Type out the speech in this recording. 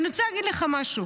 אני רוצה להגיד לך משהו: